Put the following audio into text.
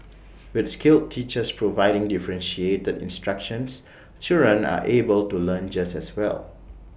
with skilled teachers providing differentiated instructions children are able to learn just as well